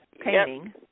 painting